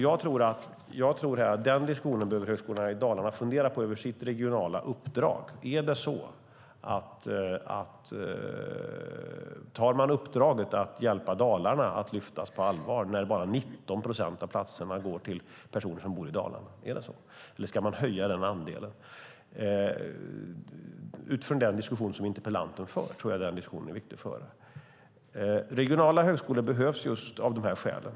Jag tror att Högskolan Dalarna behöver fundera på sitt regionala uppdrag. Tar man uppdraget att hjälpa Dalarna på allvar när bara 19 procent av platserna går till personer som bor i Dalarna? Eller ska man höja den andelen? Jag tror att den diskussionen är viktig att föra utifrån den diskussion som interpellanten för. Regionala högskolor behövs just av de här skälen.